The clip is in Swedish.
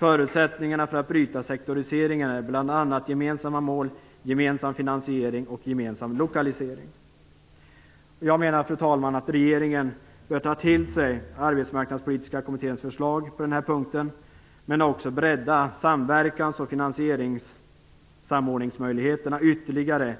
Förutsättningarna för att bryta sektorisering är bl.a. gemensamma mål, gemensam finansiering och gemensam lokalisering. Fru talman! Detta innebär att regeringen bör ta till sig Arbetsmarknadspolitiska kommitténs förslag på denna punkt, men också bredda samverkans och finansieringssamordningsmöjligheterna ytterligare